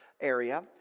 area